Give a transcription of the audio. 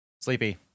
Sleepy